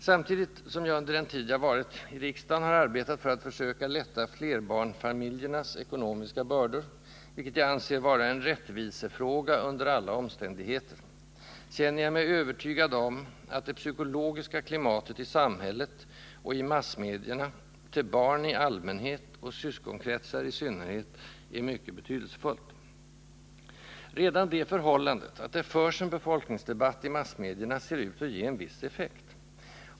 Samtidigt som jag under den tid jag varit i riksdagen har arbetat för att försöka lätta flerbarnsfamiljernas ekonomiska bördor, vilket jag anser vara en rättvisefråga under alla omständigheter, känner jag mig övertygad om att det psykologiska klimatet i samhället — och i massmedierna — beträffande barn i allmänhet och syskonkretsar i synnerhet är mycket betydelsefullt. Redan det förhållandet att det förs en befolkningsdebatt i massmedierna ser ut att ge en viss effekt.